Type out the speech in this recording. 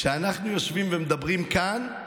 כשאנחנו יושבים ומדברים כאן,